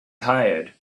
tired